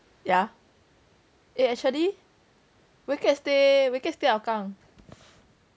yeah eh actually wee kiat stay wee kiat stay hougang